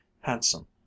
handsome